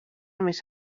més